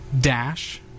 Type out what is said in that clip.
dash